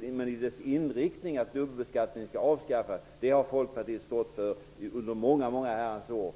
Men inriktningen att dubbelbeskattning skall avskaffas har Folkpartiet stått för under många år.